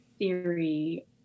theory